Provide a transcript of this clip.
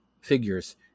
figures